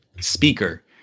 speaker